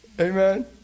Amen